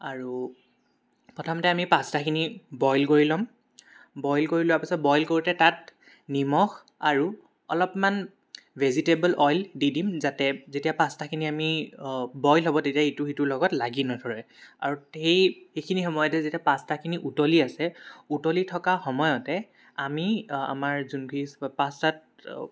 আৰু প্ৰথমতে আমি পাস্তাখিনি বইল কৰি ল'ম বইল কৰি লোৱা পাছত বইল কৰোতে তাত নিমখ আৰু অলপমান ভেজিটেবল অইল দি দিম যাতে যেতিয়া পাস্তাখিনি আমি বইল হ'ব তেতিয়া ইটো সিটোৰ গাত লাগি নধৰে আৰু এই সেইখিনি সময়তে যেতিয়া পাস্তাখিনি উতলি আছে উতলি থকা সময়তে আমি আমাৰ যোনখিনি পাস্তাত